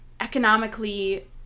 economically